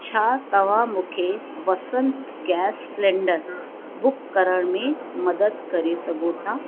छा तव्हां मूंखे वसंत गैस सिलैंडर बुक करण में मदद करे सघो था